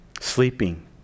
Sleeping